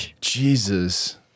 Jesus